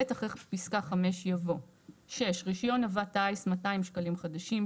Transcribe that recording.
(ב) אחרי פסקה (5) יבוא: (6) רישיון נווט טיס - 200 שקלים חדשים.